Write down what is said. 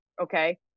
okay